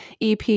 EP